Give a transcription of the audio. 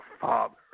father